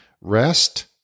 rest